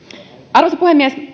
arvoisa puhemies